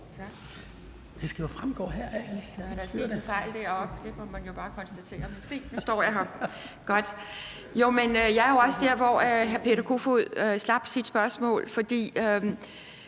det skal foregå her